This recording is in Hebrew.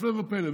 הפלא ופלא,